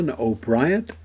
O'Brien